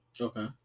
Okay